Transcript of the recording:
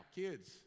kids